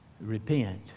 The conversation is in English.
repent